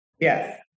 Yes